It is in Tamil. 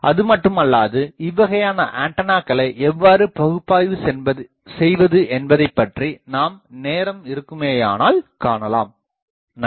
அதுமட்டுமல்லாது இவ்வகையான ஆண்டனாக்களை எவ்வாறு பகுப்பாய்வு செய்வது என்பதைப்பற்றி நாம் நேரம் இருக்குமேயானால் காணலாம் நன்றி